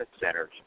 centers